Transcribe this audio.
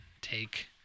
take